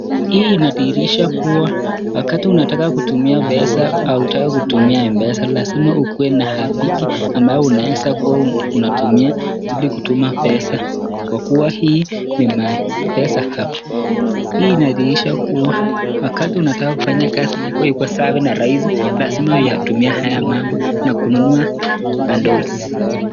Hii inadhihirisha kua, wakati unataka kutumia pesa, hutaki kutumia mpesa, lazima ukuwe na [APK] ambayo unaeza kua unatumia ili kutuma pesa, kwa kua hii ni [My Mpesa App]. Hii inadhihirisha kua wakati unataka kufanya kazi yako iko safi na rahisi lazima uyatumie haya mambo na kununuua [bundles]